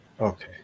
Okay